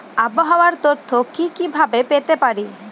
আবহাওয়ার তথ্য কি কি ভাবে পেতে পারি?